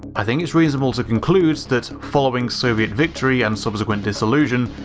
i think it's reasonable to conclude that following soviet victory and subsequent dissolution,